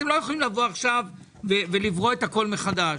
אתם לא יכולים לבוא עכשיו ולברוא את הכל מחדש.